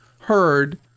heard